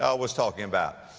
ah was talking about.